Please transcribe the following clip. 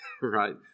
right